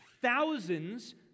Thousands